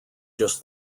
just